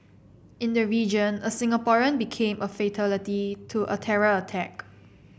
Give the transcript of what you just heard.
in the region a Singaporean became a fatality to a terror attack